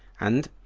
and,